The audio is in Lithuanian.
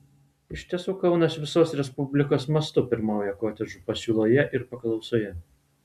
iš tiesų kaunas visos respublikos mastu pirmauja kotedžų pasiūloje ir paklausoje